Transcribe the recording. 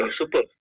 super